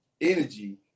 energy